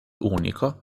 unico